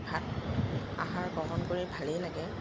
ভাত আহাৰ গ্ৰহণ কৰি ভালেই লাগে